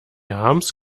harms